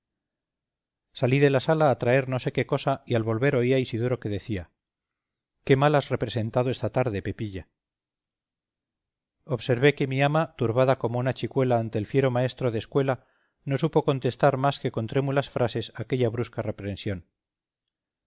salí de la sala a traer no sé qué cosa y al volver oí a isidoro que decía qué mal has representado esta tarde pepilla observé que mi ama turbada como una chicuela ante el fiero maestro de escuela no supo contestar más que con trémulas frases a aquella brusca reprensión